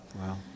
Wow